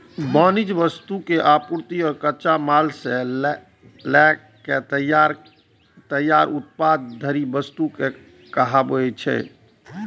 वाणिज्यिक वस्तु, आपूर्ति, कच्चा माल सं लए के तैयार उत्पाद धरि वस्तु कहाबै छै